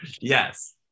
Yes